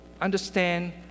understand